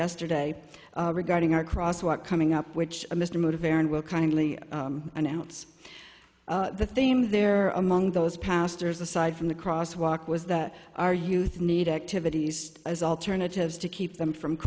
yesterday regarding our cross walk coming up which mr motivator and will kindly announce the theme there among those pastors aside from the cross walk was that our youth need activities as alternatives to keep them from